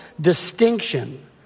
distinction